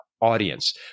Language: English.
audience